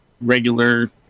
regular